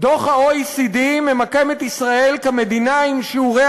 דוח ה-OECD ממקם את ישראל כמדינה עם שיעורי